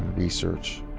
research.